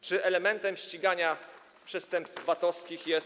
Czy elementem ścigania przestępstw VAT-owskich jest.